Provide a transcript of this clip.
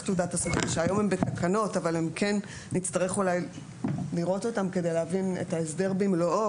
שהיום הם בתקנות נצטרך לראות אותם כדי להבין את ההסדר במלואו.